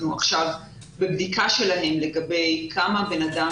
אנחנו עכשיו בבדיקה שלהם לגבי כמה בן אדם